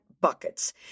buckets